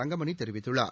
தங்கமணி தெரிவித்துள்ளார்